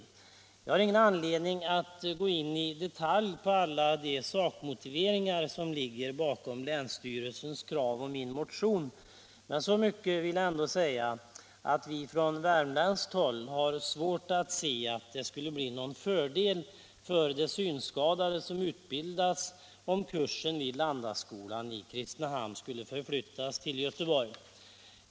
Jag har ingen anledning att gå in i detalj på alla de sakmotiveringar som ligger bakom länsstyrelsens krav och min motion. Men så mycket vill jag ändå säga att vi från värmländskt håll har svårt att se att det skulle bli någon fördel för synskadade som utbildas, om kursen vid Landaskolan i Kristinehamn förflyttas till Göteborg.